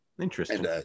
Interesting